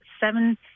seven